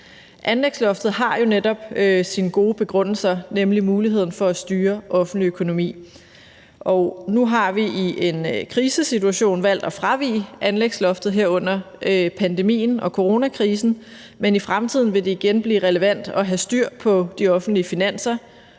Anlægsloftet har jo netop sin gode begrundelse i muligheden for at styre den offentlige økonomi. Nu har vi i en krisesituation, nemlig her under pandemien og coronakrisen, valgt at fravige anlægsloftet, men i fremtiden vil det igen blive relevant at have styr på de offentlige finanser